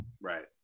Right